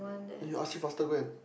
then you ask him faster go and